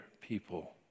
people